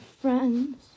friends